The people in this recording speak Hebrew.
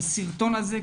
והסרטון הזה,